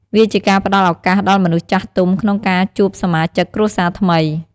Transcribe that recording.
វាជាការផ្តល់ឧកាសដល់មនុស្សចាស់ទុំក្នុងការជួបសមាជិកគ្រួសារថ្មី។